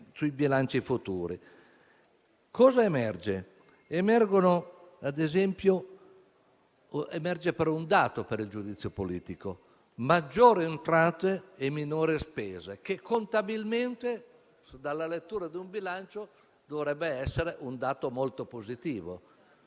sui bilanci futuri. Cosa emerge ancora? Ad esempio, emerge un dato per il giudizio politico: maggiori entrate e minore spese, il che contabilmente, dalla lettura di un bilancio, dovrebbe essere un dato molto positivo.